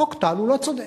חוק טל הוא לא צודק.